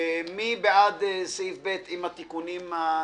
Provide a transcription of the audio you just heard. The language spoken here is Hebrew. מי בעד סעיף קטן (ב), עם התיקונים הנדרשים?